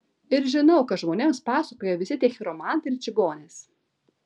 ir žinau ką žmonėms pasakoja visi tie chiromantai ir čigonės